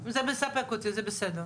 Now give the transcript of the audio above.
זה אליה וקוץ בה.